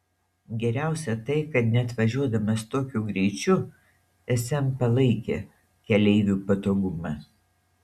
geriausia tai kad net važiuodamas tokiu greičiu sm palaikė keleivių patogumą